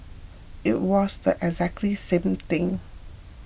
it was the exact same thing